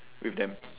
with them